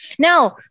Now